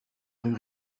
rue